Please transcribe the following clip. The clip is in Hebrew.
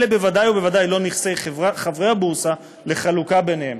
אלה בוודאי ובוודאי לא נכסי חברי הבורסה לחלוקה ביניהם.